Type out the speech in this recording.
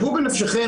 מייעצת.